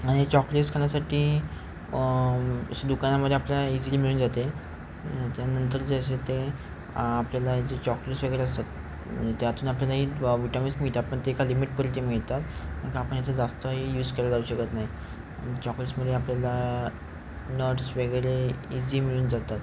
आणि चॉकलेट्स खाण्यासाठी सं दुकानामध्ये आपल्याला इझीली मिळून जाते त्यानंतर जे असे ते आपल्याला जे चॉकलेट्स वगैरे असतात त्यातून आपल्यालाही विटामिन्स मिळतात पण ते एका लिमिटपुरती मिळतात आपण याचा जास्तही यूज केला जाऊ शकत नाही चॉकलेट्समध्ये आपल्याला नट्स वगैरे इझी मिळून जातात